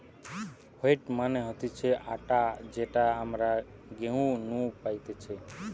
wheat মানে হতিছে আটা যেটা আমরা গেহু নু পাইতেছে